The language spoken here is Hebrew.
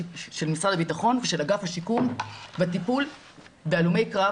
הביטחון ושל אגף השיקום בטיפול בהלומי קרב